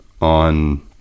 on